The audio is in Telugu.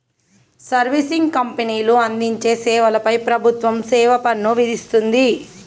సర్వీసింగ్ కంపెనీలు అందించే సేవల పై ప్రభుత్వం సేవాపన్ను విధిస్తుంది